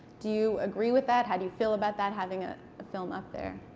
do you agree with that? how do you feel about that, having a film up there?